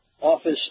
Office